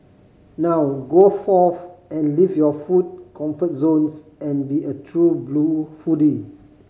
now go forth and leave your food comfort zones and be a true blue foodie